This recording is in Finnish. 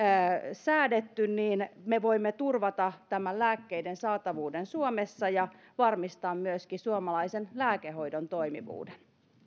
säädetty me voimme turvata lääkkeiden saatavuuden suomessa ja varmistaa myöskin suomalaisen lääkehoidon toimivuuden